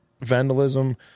vandalism